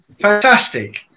Fantastic